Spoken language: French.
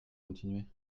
continuer